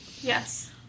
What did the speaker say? Yes